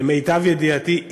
למיטב ידיעתי,